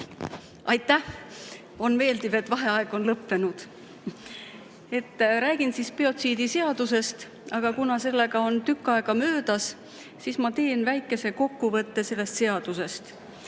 Aitäh! On meeldiv, et vaheaeg on lõppenud. Räägin siis biotsiidiseadusest, aga kuna selle [esimesest lugemisest] on tükk aega möödas, siis ma teen väikese kokkuvõtte sellest [eelnõust].